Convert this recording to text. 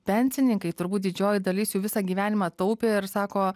pensininkai turbūt didžioji dalis jų visą gyvenimą taupė ir sako